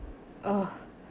ugh